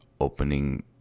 opening